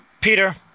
Peter